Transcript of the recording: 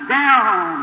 down